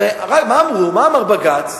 הרי מה אמר בג"ץ?